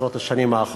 עשרות השנים האחרונות,